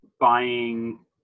buying